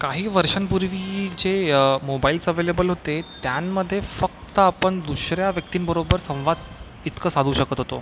काही वर्षांपूर्वी जे मोबाईल्स ॲव्हेलेबल होते त्यांमध्ये फक्त आपण दुसऱ्या व्यक्तींबरोबर संवाद इतकं साधू शकत होतो